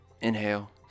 Inhale